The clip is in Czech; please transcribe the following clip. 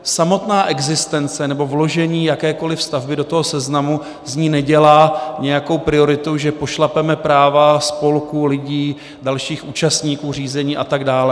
Samotná existence nebo vložení jakékoliv stavby do toho seznamu z ní nedělá nějakou prioritu, že pošlapeme práva spolků, lidí, dalších účastníků řízení a tak dále.